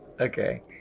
Okay